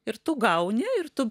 ir tu gauni ir tu